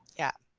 yeah,